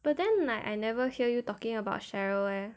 but then like I never hear you talking about cheryl eh